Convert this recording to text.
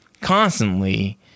constantly